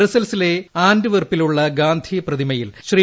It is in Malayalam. ബ്രസ്സൽസിലെ ആന്റ്വെർപ്പിലുള്ള ഗാന്ധി പ്രതിമയിൽ ശ്രീ